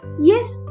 Yes